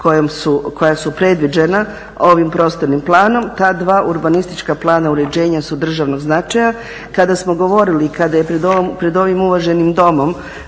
koja su predviđena ovim prostornim planom. Ta dva urbanistička plana uređenja su državnog značaja. Kada smo govorili i kada je pred ovim uvaženim Domom